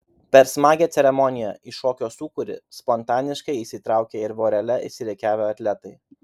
per smagią ceremoniją į šokio sūkurį spontaniškai įsitraukė ir vorele išsirikiavę atletai